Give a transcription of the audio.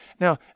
Now